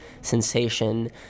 sensation